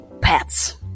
pets